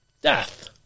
Death